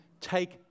take